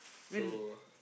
so